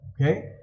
okay